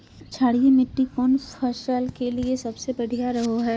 क्षारीय मिट्टी कौन फसल के लिए सबसे बढ़िया रहो हय?